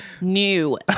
new